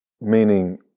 Meaning